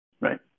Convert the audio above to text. Right